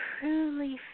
truly